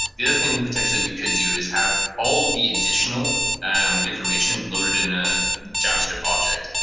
the other thing potentially we could do is have all of the additional and information loaded in a javascript object.